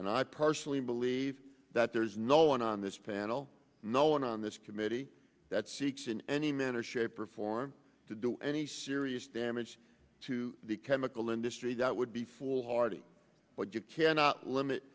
and i personally believe that there is no one on this panel no one on this committee that seeks in any manner shape or form to do any serious damage to the chemical industry that would be foolhardy but you cannot limit